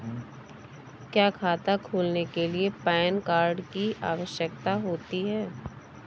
क्या खाता खोलने के लिए पैन कार्ड की आवश्यकता होती है?